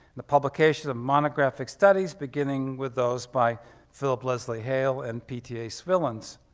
the publication of monographic studies beginning with those by phillip leslie hale and p t a. swillens.